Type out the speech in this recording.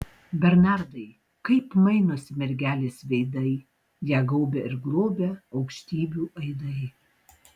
bernardai kaip mainosi mergelės veidai ją gaubia ir globia aukštybių aidai